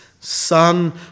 son